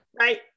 right